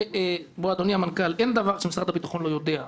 אדוני המנכ"ל, אין דבר שמשרד הביטחון לא יודע.